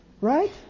Right